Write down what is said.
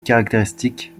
caractéristique